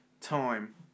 time